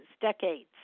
decades